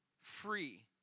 free